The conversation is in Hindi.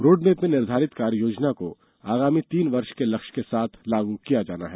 रोडमेप में निर्धारित कार्ययोजना को आगामी तीन वर्ष के लक्ष्य के साथ लागू किया जाना है